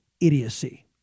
idiocy